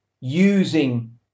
using